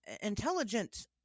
intelligent